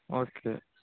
okay